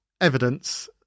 evidence